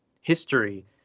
history